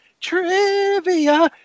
trivia